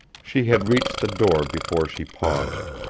she had reached the door before she paused.